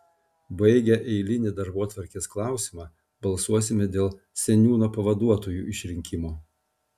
baigę eilinį darbotvarkės klausimą balsuosime dėl seniūno pavaduotojų išrinkimo